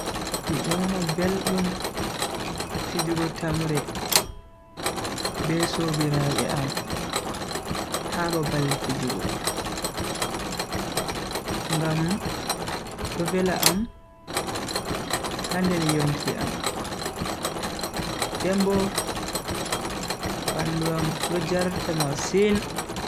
Mido nana beldum fijugo tamre be sobiraabe am ha babal fijugo ngam do vela am ha nder yonki am dembo bandu am do jarta masin.